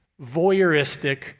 voyeuristic